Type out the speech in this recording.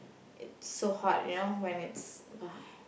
it's so hot you know when it's !wah!